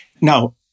Now